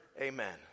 Amen